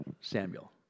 Samuel